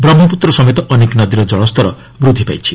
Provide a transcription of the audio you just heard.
ବ୍ରହ୍ମପୁତ୍ର ସମେତ ଅନେକ ନଦୀର ଜଳସ୍ତର ବୃଦ୍ଧି ପାଇଛି